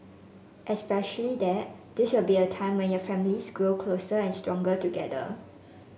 especially that this will be a time when your families grow closer and stronger together